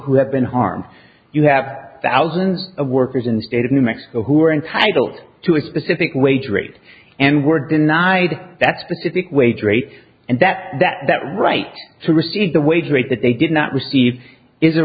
who have been harmed you have thousands of workers in the state of new mexico who are entitled to a specific wage rate and were denied that specific wage rate and that that that right to receive the wage rate that they did not receive is